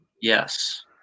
yes